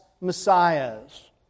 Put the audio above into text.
messiahs